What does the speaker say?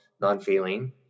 non-feeling